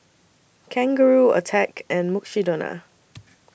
Kangaroo Attack and Mukshidonna